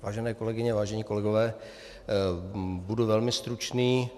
Vážené kolegyně, vážení kolegové, budu velmi stručný.